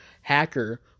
Hacker